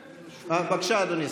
בבקשה, אדוני.